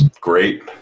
great